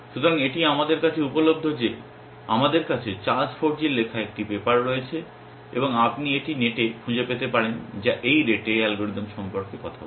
সুতরাং এটি আমাদের কাছে উপলব্ধ যে আমাদের কাছে চার্লস ফোরজির লেখা একটি পেপার রয়েছে এবং আপনি এটি নেট এ খুঁজে পেতে পারেন যা এই রেটে অ্যালগরিদম সম্পর্কে কথা বলে